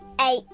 Eight